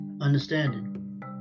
understanding